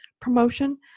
promotion